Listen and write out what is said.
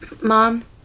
Mom